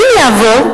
אם יעבור,